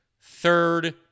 third